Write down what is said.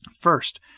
First